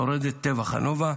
שורדת טבח הנובה,